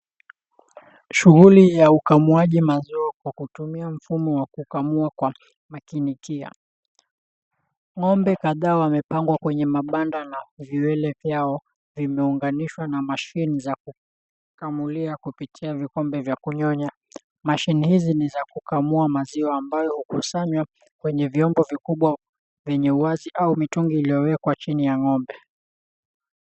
Shughuli ya ukamuaji maziwa kwa kutumia mfumo wa kukamua kwa makini kia. Ng'ombe kadhaa wamepangwa kwenye mabanda na viwele vyao vimeunganishwa na mashini za kukamulia kupitia vikombe vya kunyonya. Mashini hizi ni za kukamua maziwa ambayo hukusanywa kwenye vyombo vikubwa vyenye uwazi au mitungi iliyowekwa chini ya ng'ombe.